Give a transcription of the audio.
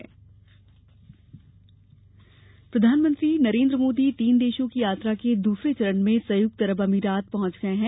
मोदी यात्रा प्रधानमंत्री नरेंद्र मोदी तीन देशों की यात्रा के दूसरे चरण में संयुक्त अरब अमीरात पहुंच गए हैं